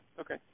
okay